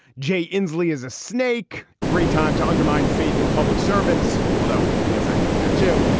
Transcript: jay inslee is a snake. great time to undermine faith in public servants. although i guess i'm doing that too.